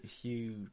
huge